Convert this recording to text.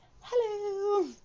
hello